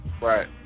Right